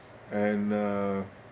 and uh